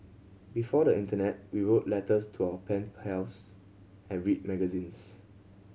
before the internet we wrote letters to our pen pals and read magazines